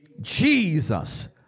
Jesus